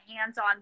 hands-on